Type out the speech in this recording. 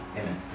Amen